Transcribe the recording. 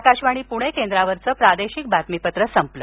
आकाशवाणी पुणे केंद्रावरचं प्रादेशिक बातमीपत्र संपलं